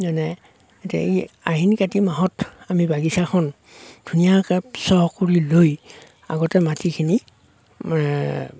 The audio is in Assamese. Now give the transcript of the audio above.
মানে এতিয়া এই আহিন কাতি মাহত আমি বাগিচাখন ধুনীয়াকে চহ কৰি লৈ আগতে মাটিখিনি